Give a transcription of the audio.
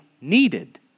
needed